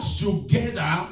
together